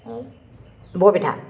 বৰপিঠা